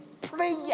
Prayer